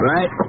Right